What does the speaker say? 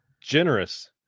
generous